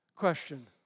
question